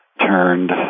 turned